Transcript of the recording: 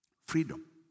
Freedom